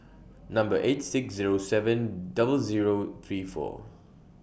Number eight six Zero seven double Zero three four